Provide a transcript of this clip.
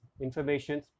information